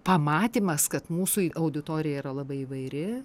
pamatymas kad mūsų auditorija yra labai įvairi